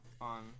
on